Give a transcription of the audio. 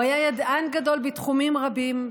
הוא היה ידען גדול בתחומים רבים,